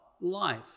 life